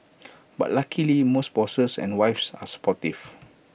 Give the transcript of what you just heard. but luckily most bosses and wives are supportive